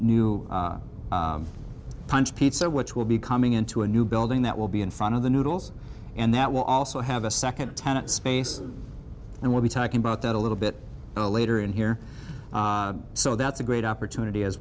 new punch pizza which will be coming into a new building that will be in front of the noodles and that will also have a second tenant space and we'll be talking about that a little bit later in here so that's a great opportunity as